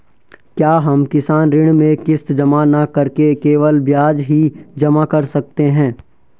क्या हम किसान ऋण में किश्त जमा न करके केवल ब्याज ही जमा कर सकते हैं?